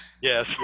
yes